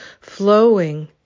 flowing